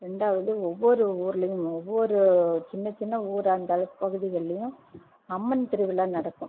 ரெண்டாவது ஒவ்வொரு ஊரிலயும் ஒவ்வொரு சின்ன சின்ன ஊர் அந்தளவுக்கு பகுதிகள்லையும் அம்மன் திருவிழா நடக்கும்